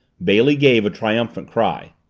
bailey gave a triumphant cry.